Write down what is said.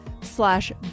slash